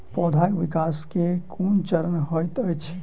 पौधाक विकास केँ केँ कुन चरण हएत अछि?